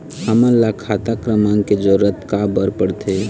हमन ला खाता क्रमांक के जरूरत का बर पड़थे?